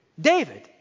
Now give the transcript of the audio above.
David